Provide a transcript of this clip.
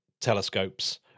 telescopes